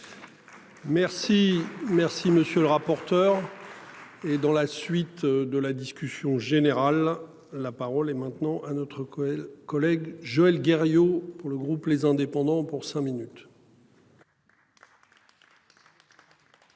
Merci, merci monsieur le rapporteur. Et dans la suite de la discussion générale. La parole est maintenant à notre. Collègue Joël Guerriau pour le groupe les indépendants pour cinq minutes.